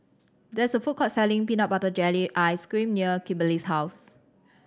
there is a food court selling peanut butter jelly ice cream behind Kimberly's house